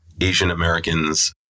Asian-Americans